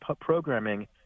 programming